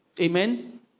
Amen